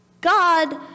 God